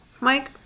Mike